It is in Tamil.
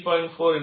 A3